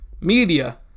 Media